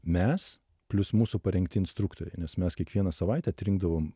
mes plius mūsų parengti instruktoriai nes mes kiekvieną savaitę atrinkdavom